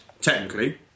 technically